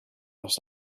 los